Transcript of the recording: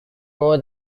more